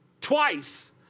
twice